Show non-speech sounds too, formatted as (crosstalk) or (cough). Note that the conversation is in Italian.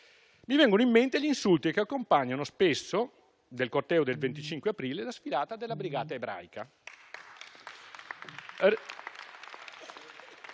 Mi vengono in mente gli insulti che accompagnano spesso, nel corteo del 25 aprile, la sfilata della brigata ebraica. (applause)